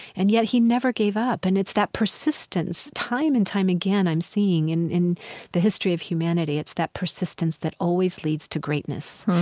and yet he never gave up. and it's that persistence, time and time again, i'm seeing and in the history of humanity, it's that persistence that always leads to greatness.